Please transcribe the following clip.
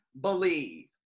believe